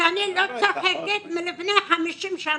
שאני לא צוחקת מלפני 50 שנה.